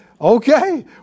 Okay